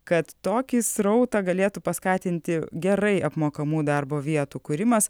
kad tokį srautą galėtų paskatinti gerai apmokamų darbo vietų kūrimas